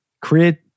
create